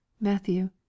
Matthew